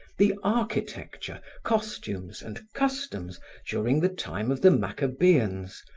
the architecture, costumes and customs during the time of the maccabeans,